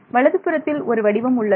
வலது புறத்தில் ஒரு வடிவம் உள்ளது